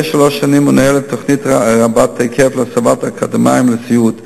זה שלוש שנים מנוהלת תוכנית רחבת היקף להסבת אקדמאים לסיעוד.